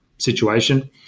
Situation